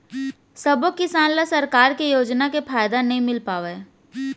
सबो किसान ल सरकार के योजना के फायदा नइ मिल पावय